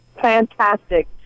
Fantastic